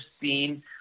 seen